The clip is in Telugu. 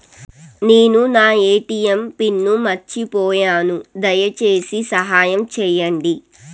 నేను నా ఎ.టి.ఎం పిన్ను మర్చిపోయాను, దయచేసి సహాయం చేయండి